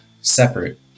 separate